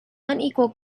unequal